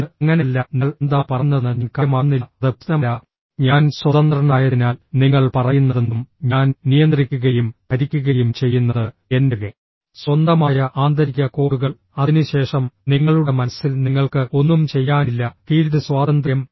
ഇത് അങ്ങനെയല്ല നിങ്ങൾ എന്താണ് പറയുന്നതെന്ന് ഞാൻ കാര്യമാക്കുന്നില്ല അത് പ്രശ്നമല്ല ഞാൻ സ്വതന്ത്രനായതിനാൽ നിങ്ങൾ പറയുന്നതെന്തും ഞാൻ നിയന്ത്രിക്കുകയും ഭരിക്കുകയും ചെയ്യുന്നത് എന്റെ സ്വന്തമായ ആന്തരിക കോഡുകൾ അതിനുശേഷം നിങ്ങളുടെ മനസ്സിൽ നിങ്ങൾക്ക് ഒന്നും ചെയ്യാനില്ല ഫീൽഡ് സ്വാതന്ത്ര്യം